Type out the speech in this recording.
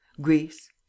Greece